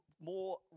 more